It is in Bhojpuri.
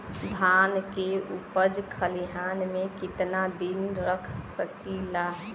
धान के उपज खलिहान मे कितना दिन रख सकि ला?